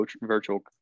virtual